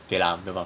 okay lah still got